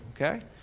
Okay